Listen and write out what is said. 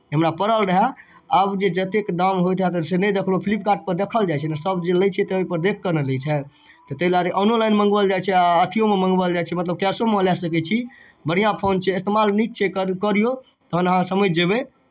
हमरा पड़ल रहए आब जे जतेक दाम होइत हैत से नहि देखलहुँ फ्लिपकार्टपर देखल जाइत छै ने सभ जे लैत छै तऽ ओहिपर देखि कऽ ने लै छै तऽ ताहि दुआरे ऑनोलाइन मंगवाओल जाइ छै आ अथिओमे मंगवाओल जाइ छै मतलब कैशोमे लए सकै छी बढ़िआँ फोन छै इस्तेमाल नीक छै एकर करियौ तखन अहाँ समझि जेबै